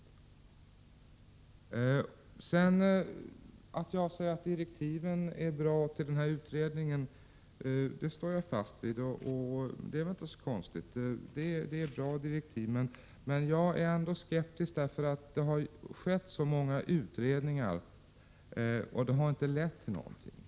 Att direktiven till den här utredningen är bra står jag fast vid. Men jag är ändå skeptisk, eftersom det har gjorts så många utredningar utan att det har lett till någonting.